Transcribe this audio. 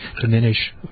diminish